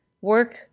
Work